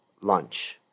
lunch